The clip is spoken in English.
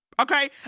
okay